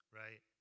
right